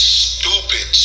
stupid